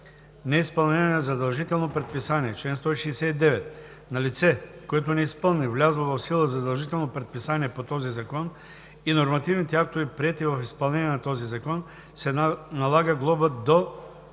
„Неизпълнение на задължително предписание Чл. 169. На лице, което не изпълни влязло в сила задължително предписание по този закон и нормативните актове, приети в изпълнение на този закон, се налага глоба от